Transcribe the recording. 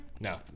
No